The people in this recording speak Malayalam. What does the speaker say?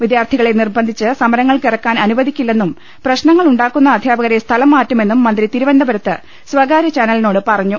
വിദ്യാർത്ഥികളെ നിർബന്ധിച്ച് സമരങ്ങൾക്കിറക്കാൻ അനുവദിക്കില്ലെന്നും പ്രശ്നങ്ങൾ ഉണ്ടാ ക്കുന്ന അധ്യാപകരെ സ്ഥലം മാറ്റുമെന്നും മന്ത്രി തിരുവനന്തപു രത്ത് സ്വകാര്യ ചാനലിനോട് പറഞ്ഞു